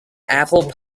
apple